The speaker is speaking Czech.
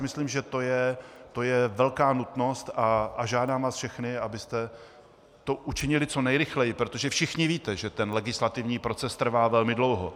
Myslím, že to je velká nutnost, a žádám vás všechny, abyste to učinili co nejrychleji, protože všichni víte, že legislativní proces trvá velmi dlouho.